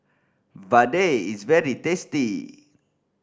vadai is very tasty